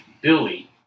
Billy